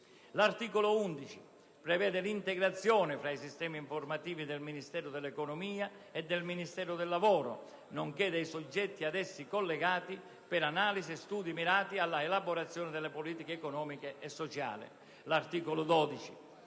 L'articolo 11 prevede l'integrazione tra i sistemi informativi del Ministero dell'economia e del Ministero del lavoro, nonché dei soggetti ad essi collegati per analisi e studi mirati all'elaborazione delle politiche economiche e sociali.